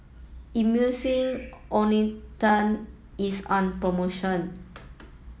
Emulsying Ointment is on promotion